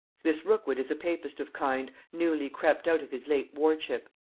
this rookwood is a papist of kind, newly crept out of his late wardship.